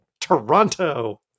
Toronto